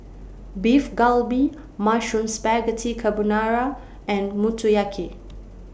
Beef Galbi Mushroom Spaghetti Carbonara and Motoyaki